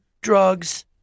drugs